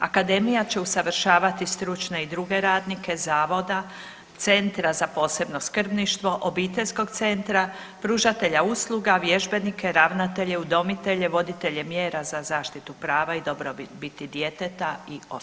Akademija će usavršavati stručne i druge radnike Zavoda, centra za posebno skrbništvo, obiteljskog centra, pružatelja usluga, vježbenike, ravnatelje, udomitelje, voditelje mjera za zaštitu prava i dobrobiti djeteta i ostale.